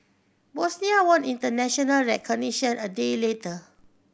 Bosnia won international recognition a day later